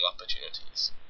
opportunities